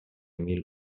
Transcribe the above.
mil